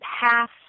half